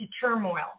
turmoil